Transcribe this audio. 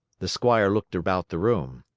the squire looked about the room.